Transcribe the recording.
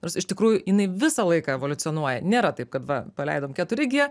nors iš tikrųjų jinai visą laiką evoliucionuoja nėra taip kad va paleidom keturi gie